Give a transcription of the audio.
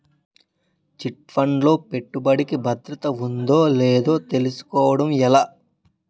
Chit fund లో పెట్టుబడికి భద్రత ఉందో లేదో తెలుసుకోవటం ఎలా?